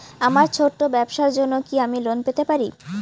আমার ছোট্ট ব্যাবসার জন্য কি আমি লোন পেতে পারি?